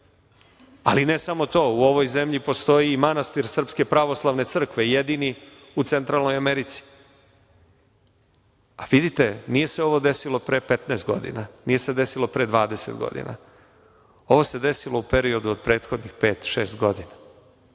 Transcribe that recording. ali ne samo to. U ovoj zemlji postoji i manastir Srpske pravoslavne crkve i jedini u Centralnoj Americi. Vidite, nije se ovo desilo pre 15 godine, nije se desilo pre 20 godina. Ovo se desilo u periodu od prethodnih pet, šest godina.